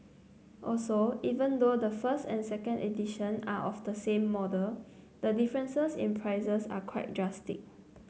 also even though the first and second edition are of the same model the differences in prices are quite drastic